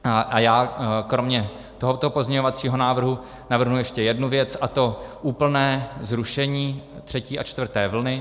A já kromě tohoto pozměňovacího návrhu navrhnu ještě jednu věc, a to úplné zrušení třetí a čtvrté vlny.